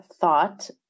thought